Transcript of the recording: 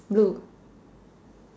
blue